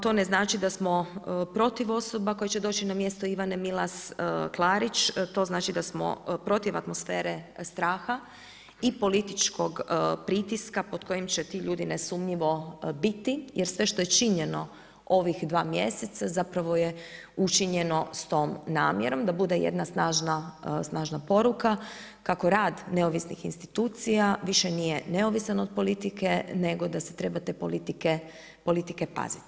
To ne znači da smo protiv osoba koje će doći na mjesto Ivane Milas Klarić, to znači da smo protiv atmosfere straha i političkog pritiska pod kojim će ti ljudi nesumnjivo biti jer sve što je činjeno ovih 2 mjeseca zapravo je učinjeno sa tom namjerom da bude jedna snažna poruka kako rad neovisnih institucija više nije neovisan od politike nego da se trebate politike paziti.